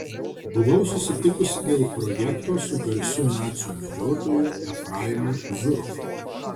buvau susitikusi dėl projekto su garsiu nacių medžiotoju efraimu zuroffu